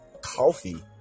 coffee